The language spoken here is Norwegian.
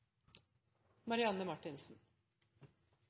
Marianne Marthinsen